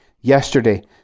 Yesterday